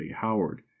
howard